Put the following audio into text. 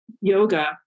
yoga